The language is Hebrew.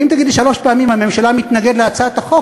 ואם תגידי שלוש פעמים "הממשלה מתנגד להצעת החוק",